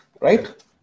right